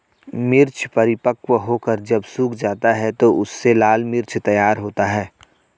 मिर्च परिपक्व होकर जब सूख जाता है तो उससे लाल मिर्च तैयार होता है